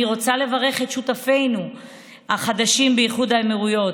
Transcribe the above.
אני רוצה לברך את שותפינו החדשים באיחוד האמירויות,